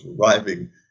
arriving